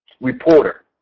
reporter